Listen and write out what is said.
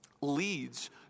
leads